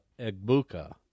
Egbuka